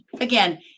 Again